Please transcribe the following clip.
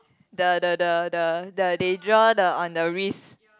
the the the the the they draw the on the wrist